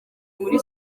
kuri